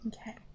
okay